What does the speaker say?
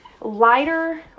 lighter